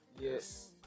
Yes